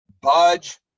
budge